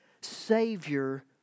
Savior